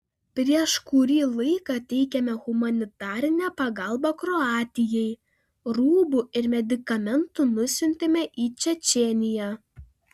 prieš kurį laiką teikėme humanitarinę pagalbą kroatijai rūbų ir medikamentų nusiuntėme į čečėniją